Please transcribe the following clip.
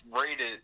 rated